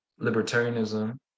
libertarianism